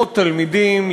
מאות תלמידים,